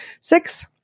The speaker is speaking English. Six